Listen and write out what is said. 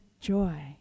joy